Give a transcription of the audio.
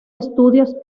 estudios